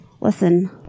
Listen